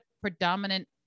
predominant